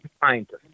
scientists